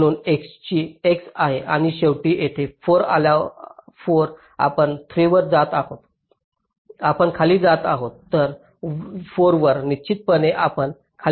म्हणूनच x आहे आणि शेवटी येथे 4 आपण 3 वर जात आहात आपण खाली जात आहात तर 4 वर निश्चितपणे आपण खाली जात आहात